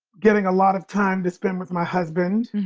getting a lot of time to spend with my husband,